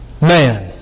man